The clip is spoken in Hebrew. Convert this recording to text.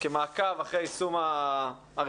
כמעקב אחר יישום הרפורמה.